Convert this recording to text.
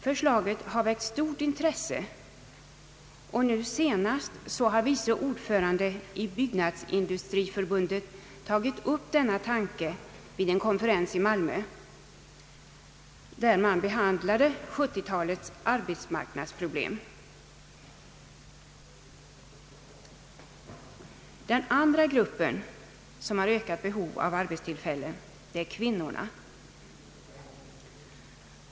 Förslaget har väckt stort intresse, och nyligen har vice ordföranden i Byggnadsindustriförbundet tagit upp denna tanke vid en konferens i Malmö, där man behandlade 1970-talets arbetsmarknadsproblem. Den andra grupp som har ökat behov av arbetstillfällen är kvinnorna.